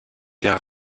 der